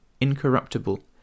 incorruptible